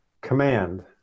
Command